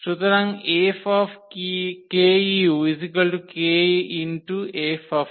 সুতরাং 𝐹 𝑘u 𝑘 𝐹